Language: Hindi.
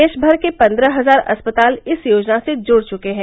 देश भर के पन्द्रह हजार अस्पताल इस योजना से जुड़ चुके हैं